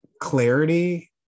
clarity